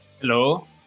Hello